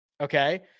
okay